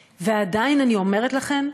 ועדיין, אני אומרת לכם,